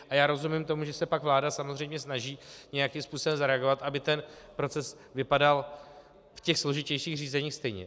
A já rozumím tomu, že se pak vláda samozřejmě snaží nějakým způsobem zareagovat, aby ten proces vypadal v těch složitějších řízeních stejně.